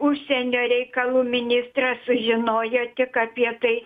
užsienio reikalų ministras sužinojo tik apie tai